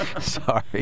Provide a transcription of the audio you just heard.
Sorry